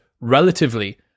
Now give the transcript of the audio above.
relatively